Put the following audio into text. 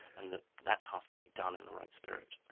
and that that task can be done in the right spirit.